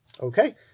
Okay